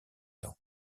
temps